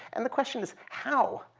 and the question is, how?